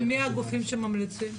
ומי הגופים שממליצים?